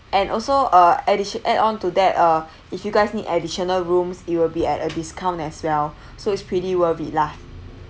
and also uh addition add onto that uh if you guys need additional rooms it will be at a discount as well so it's pretty worth it lah